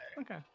Okay